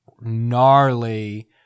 gnarly